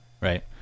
Right